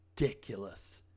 ridiculous